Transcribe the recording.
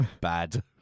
Bad